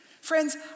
Friends